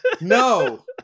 No